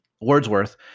Wordsworth